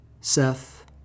Seth